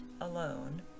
alone